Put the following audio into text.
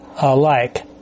alike